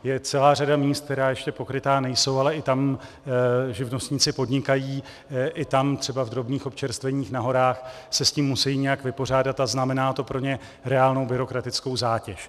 Je celá řada míst, která ještě pokrytá nejsou, ale i tam živnostníci podnikají, i tam třeba v drobných občerstveních na horách se s tím musejí nějak vypořádat a znamená to pro ně reálnou byrokratickou zátěž.